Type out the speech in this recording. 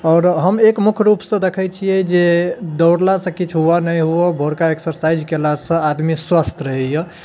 आओर हम एक मुख्य रूपसँ देखैत छियै जे दौड़लासँ किछु हुअ नहि हुअ भोरका एक्सरसाइज कयलासँ आदमी स्वस्थ रहैए